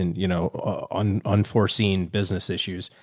and you know, on unforeseen business issues.